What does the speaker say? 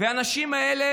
והאנשים האלה,